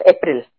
April